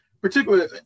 particularly